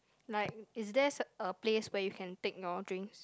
like is there su~ a place where you can take your drinks